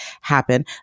happen